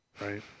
right